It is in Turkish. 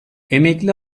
emekli